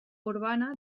urbana